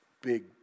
big